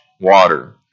water